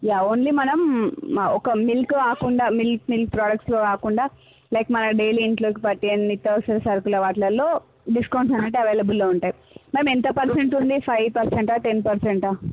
yeah only మనం మ ఒక్క మిల్క్ కాకుండా మిల్క్ మిల్క్ ప్రాడక్ట్స్ కాకుండా లైక్ మన డైలీ ఇంట్లోకి పట్టే అన్ని నిత్యవసర సరుకుల వాట్లల్లో డిస్కౌంట్ అనేవి అవైలబుల్లో ఉంటాయి మ్యామ్ ఎంత పర్సెంట్ ఉంది ఫైవ్ పర్సెంటా టెన్ పర్సెంటా